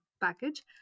package